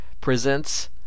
presents